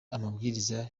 amabwiriza